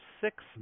six